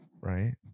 right